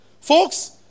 Folks